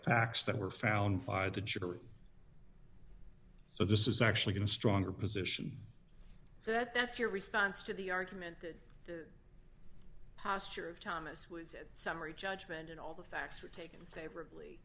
attacks that were found fired the jury so this is actually in a stronger position so that that's your response to the argument that the posture of thomas was in summary judgment in all the facts are taken favorably